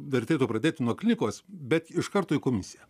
vertėtų pradėt nuo klinikos bet iš karto į komisiją